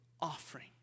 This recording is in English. offering